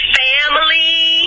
family